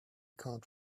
can’t